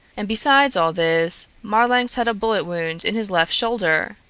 and besides all this, marlanx had a bullet wound in his left shoulder!